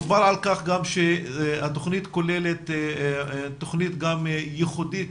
דובר על כך שהתוכנית כוללת תוכנית גם ייחודית